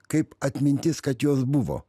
kaip atmintis kad jos buvo